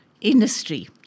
industry